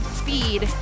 speed